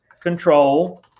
control